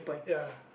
ya